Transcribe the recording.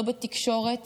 לא בתקשורת